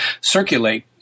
circulate